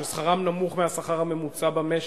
ששכרם נמוך מהשכר הממוצע במשק,